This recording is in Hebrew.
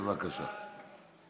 בבקשה.